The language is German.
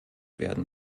werden